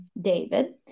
David